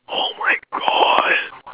oh my god